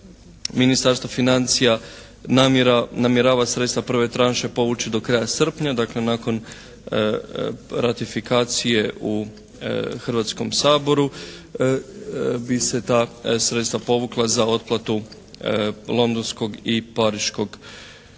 Ministarstvo financija namjerava sredstva prve tranše povući do kraja srpnja, dakle nakon ratifikacije u Hrvatskom saboru bi se ta sredstva povukla za otplatu londonskog i pariškog kluba.